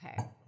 Okay